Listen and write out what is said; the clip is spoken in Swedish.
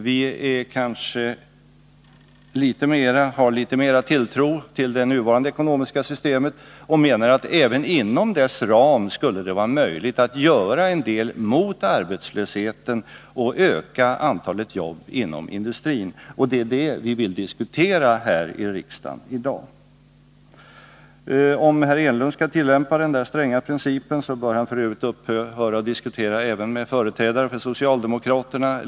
Vi har kanske litet mera tilltro till det nuvarande ekonomiska systemet, eftersom vi menar att det även inom detta systems ram skulle vara möjligt att göra en del mot arbetslösheten och öka antalet arbeten inom industrin. Det är detta som vi vill diskutera här i riksdagen i dag. Om herr Enlund skall tillämpa den där stränga principen, bör han f. ö. även upphöra att diskutera med företrädare för socialdemokraterna.